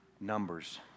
Numbers